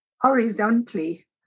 horizontally